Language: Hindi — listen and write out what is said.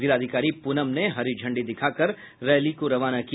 जिलाधिकारी प्रनम ने हरी झंडी दिखाकर रैली को रवाना किया